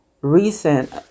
recent